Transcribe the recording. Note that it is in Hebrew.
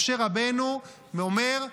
משה רבנו אומר: